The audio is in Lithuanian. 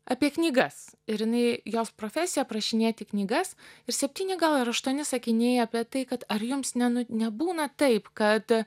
apie knygas ir jinai jos profesija aprašinėti knygas ir septyni gal ar aštuoni sakiniai apie tai kad ar jums ne nu nebūna taip kad